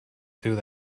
through